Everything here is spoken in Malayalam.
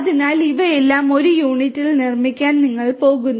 അതിനാൽ ഇവയെല്ലാം ഒരു യൂണിറ്റിൽ നിർമ്മിക്കാൻ നിങ്ങൾ പോകുന്നു